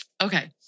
Okay